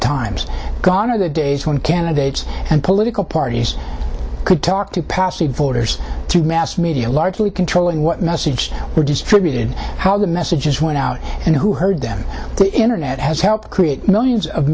times gone are the days when candidates and political parties could talk to passy voters through mass media largely controlling what message were distributed how the messages went out and who heard them the internet has helped create millions of